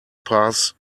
pass